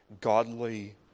godly